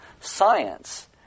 Science